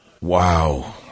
Wow